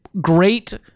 great